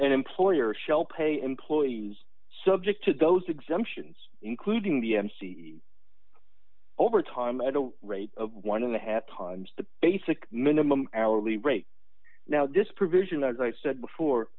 an employer shall pay employees subject to those exemptions including the mc overtime i don't rate of one and a half times the basic minimum hourly rate now this provision as i said before